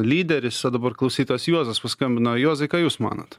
lyderis o dabar klausytojas juozas paskambino juozai ką jūs manot